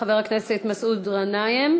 חבר הכנסת מסעוד גנאים,